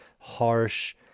harsh